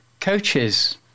coaches